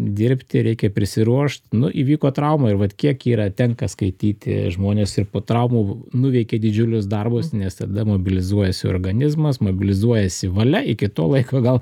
dirbti reikia prisiruošt nu įvyko trauma ir vat kiek yra tenka skaityti žmonės ir po traumų nuveikia didžiulius darbus nes tada mobilizuojasi organizmas mobilizuojasi valia iki to laiko gal